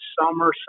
summer